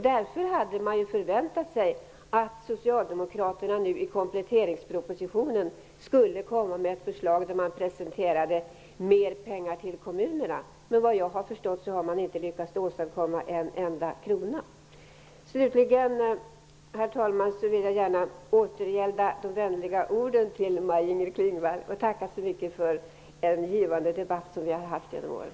Därför hade man förväntat sig att Socialdemokraterna i samband med kompletteringspropositionen skulle komma med ett förslag där man presenterade mer pengar till kommunerna. Men såvitt jag har förstått har man inte lyckats åstadkomma en enda krona. Slutligen, herr talman, vill jag gärna återgälda de vänliga orden till Maj-Inger Klingvall och tacka så mycket för den givande debatt som vi har haft genom åren.